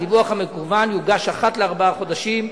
הדיווח המקוון יוגש אחת לארבעה חודשים,